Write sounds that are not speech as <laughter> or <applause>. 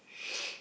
<noise>